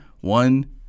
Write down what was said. One